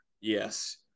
Yes